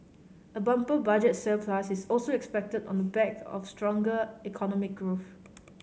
a bumper Budget surplus is also expected on the back of stronger economic growth